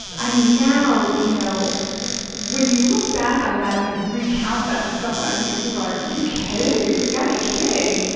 ah now you know when you look back on that and you recount that to someone, you know people are like, are you kidding? you've got to be kidding.